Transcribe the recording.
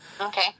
Okay